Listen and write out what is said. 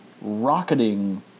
rocketing